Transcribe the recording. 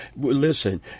Listen